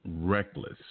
Reckless